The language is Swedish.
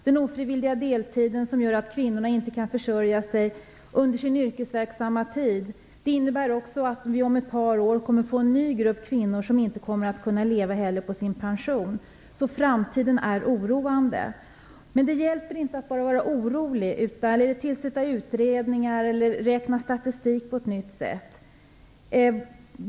Det ofrivilliga deltidsarbetet, som gör att kvinnorna inte kan försörja sig under sin yrkesverksamma tid, innebär också att vi om ett par år kommer att få en ny grupp kvinnor som inte kommer att kunna leva på sin pension. Så framtiden är oroande. Det hjälper inte att bara vara orolig, att tillsätta utredningar eller att räkna statistik på ett nytt sätt.